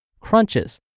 crunches